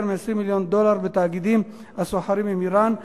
מ-20 מיליון דולר בתאגידים הסוחרים עם אירן,